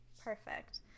perfect